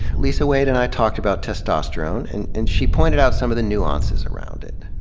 lisa wade and i talked about testosterone, and and she pointed out some of the nuances around it.